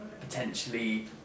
potentially